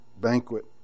banquet